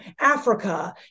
Africa